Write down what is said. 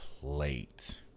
plate